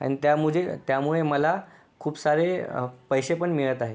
अन् त्यामुझे त्यामुळे मला खूप सारे पैसे पण मिळत आहे